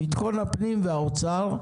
ביטחון הפנים והאוצר.